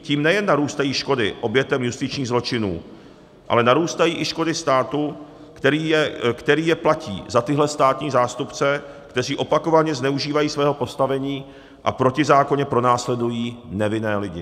Tím nejen narůstají škody obětem justičních zločinů, ale narůstají i škody státu, který je platí za tyhle státní zástupce, kteří opakovaně zneužívají svého postavení a protizákonně pronásledují nevinné lidi.